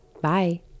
Bye